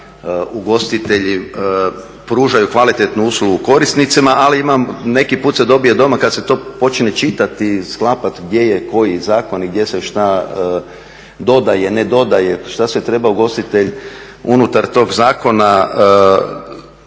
ugostitelji pružaju kvalitetnu uslugu korisnicima, ali imamo, neki put se dobije doma kad se to počne čitati i sklapati gdje je koji zakon i gdje se šta dodaje, ne dodaje, šta sve treba ugostitelj unutar tog zakona pronaći